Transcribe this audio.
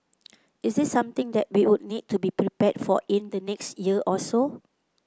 is this something that we would need to be prepared for in the next year or so